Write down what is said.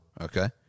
Okay